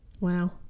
Wow